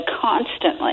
constantly